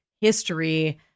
history